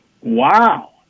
wow